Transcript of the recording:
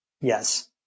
Yes